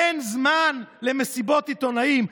אין זמן למסיבות עיתונאים.